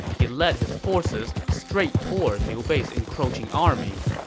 he led his forces straight toward liu bei's encroaching army.